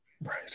right